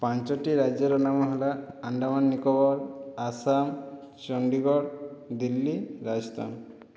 ପାଞ୍ଚଟି ରାଜ୍ୟର ନାମ ହେଲା ଆଣ୍ଡାମାନ ନିକୋବର ଆସାମ ଚଣ୍ଡୀଗଡ଼ ଦିଲ୍ଲୀ ରାଜସ୍ଥାନ